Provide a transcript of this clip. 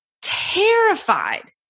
terrified